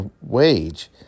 wage